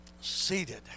Seated